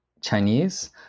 Chinese